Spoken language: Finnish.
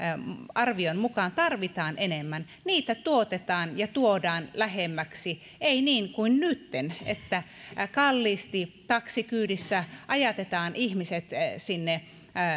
arvion mukaan tarvitaan enemmän niitä tuotetaan ja tuodaan lähemmäksi ei niin kuin nytten että kalliisti taksikyydissä ajatetaan ihmiset sinne